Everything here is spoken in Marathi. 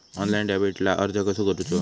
ऑनलाइन डेबिटला अर्ज कसो करूचो?